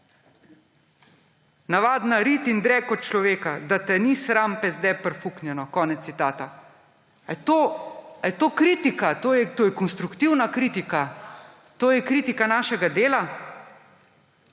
Navadna rit in drek od človeka, da te ni sram, pezde prfuknjeno.« Konec citata. Ali je to kritika?! Je to konstruktivna kritika, je to kritika našega dela?